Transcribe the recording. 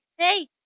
Hey